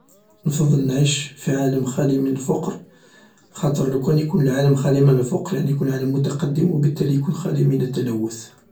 نفضل نعيش في عالم خالي من الفقر خاطر لوكان يكون العالم خال من الفقر يعني يكون عالم متقدم بالتالي يكون عالم خالي من التلوث.